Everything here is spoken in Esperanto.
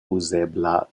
uzebla